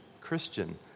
Christian